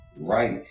right